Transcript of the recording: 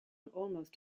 almost